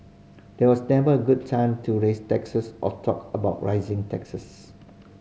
there was never a good time to raise taxes or talk about raising taxes